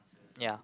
ya